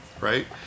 right